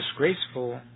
disgraceful